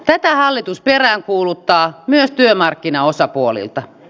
tätä hallitus peräänkuuluttaa myös työmarkkinaosapuolilta